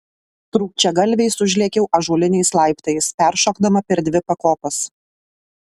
trūkčiagalviais užlėkiau ąžuoliniais laiptais peršokdama per dvi pakopas